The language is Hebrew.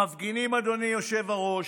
המפגינים, אדוני היושב-ראש,